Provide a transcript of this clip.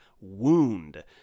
wound